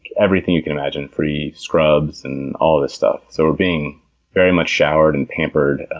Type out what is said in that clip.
everything you can imagine. free scrubs and all this stuff. so we're being very much showered and pampered,